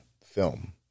film